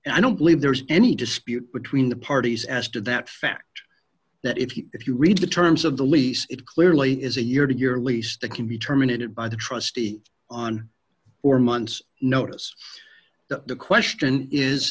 and i don't believe there's any dispute between the parties as to that fact that if if you read the terms of the lease it clearly is a year to year lease to can be terminated by the trustee on or months notice that the question is